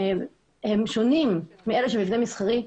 שונים מאלה של מבנה מסחרי,